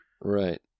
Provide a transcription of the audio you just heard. right